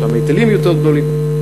שם ההיטלים יותר גדולים.